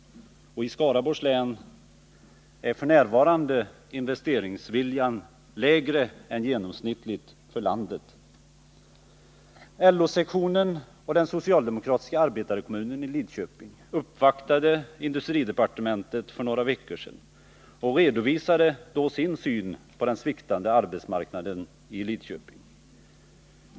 I Skaraborgs län är f. n. investeringsviljan lägre än genomsnittligt för landet. LO-sektionen och den socialdemokratiska arbetarekommunen i Lidköping uppvaktade industridepartementet för några veckor sedan och redovisade då sin syn på den sviktande arbetsmarknaden i Lidköping.